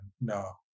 no